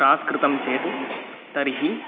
cross कृतः चेत् तर्हि